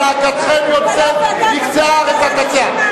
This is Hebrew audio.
זעקתכם יוצאת מקצה הארץ עד קצה.